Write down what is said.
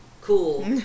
Cool